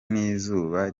n’izuba